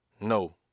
No